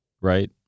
Right